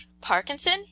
Parkinson